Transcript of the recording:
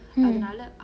mm